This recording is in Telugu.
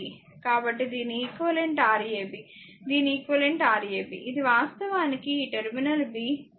కాబట్టి దీని ఈక్వివలెంట్ Rab దీని ఈక్వివలెంట్ Rab ఇది వాస్తవానికి ఈ టెర్మినల్ b